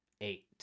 Eight